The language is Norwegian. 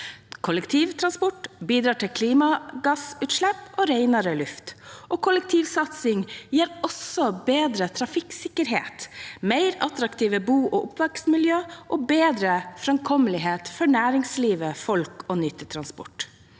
Kollektivtransport bidrar til kutt i klimagassutslipp og renere luft. Kollektivsatsing gir også bedre trafikksikkerhet, mer attraktive bo- og oppvekstmiljøer og bedre framkommelighet for næringsliv, folk og nyttetransport.